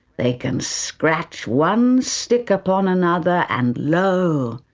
they can scratch one stick upon another and lo,